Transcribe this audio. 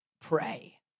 pray